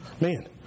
Man